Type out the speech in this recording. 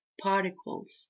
particles